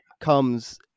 Comes